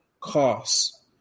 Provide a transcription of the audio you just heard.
costs